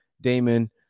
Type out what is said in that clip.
Damon